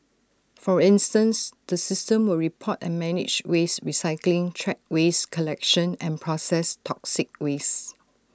for incense the system will report and manage waste recycling track waste collection and processed toxic waste